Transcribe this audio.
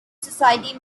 society